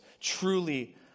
truly